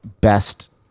best